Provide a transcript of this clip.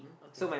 okay